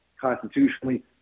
constitutionally